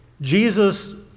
Jesus